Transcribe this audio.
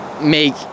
make